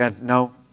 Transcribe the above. No